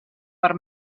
per